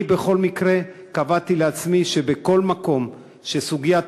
אני בכל מקרה קבעתי לעצמי שבכל מקום שסוגיית